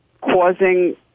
causing